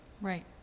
Right